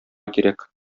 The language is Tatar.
кирәк